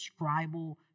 scribal